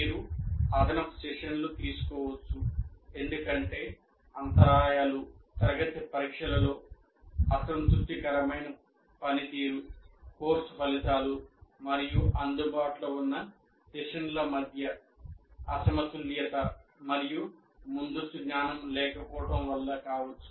మీరు అదనపు సెషన్లను తీసుకోవచ్చు ఎందుకంటే అంతరాయాలు తరగతి పరీక్షలలో అసంతృప్తికరమైన పనితీరు కోర్సు ఫలితాలు మరియు అందుబాటులో ఉన్న సెషన్ల మధ్య అసమతుల్యత మరియు ముందస్తు జ్ఞానం లేకపోవడం వల్ల కావచ్చు